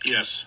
Yes